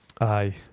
Aye